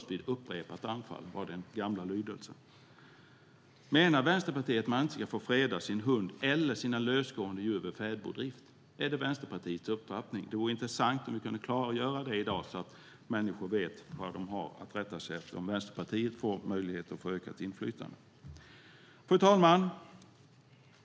Den gamla lydelsen var "först vid upprepat anfall". Menar Vänsterpartiet att man inte ska få freda sin hund eller sina lösgående djur vid fäboddrift? Det vore intressant om vi kunde klargöra det i dag så att människor vet vad de har att rätta sig efter om Vänsterpartiet får möjlighet till ökat inflytande. Fru talman!